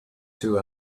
two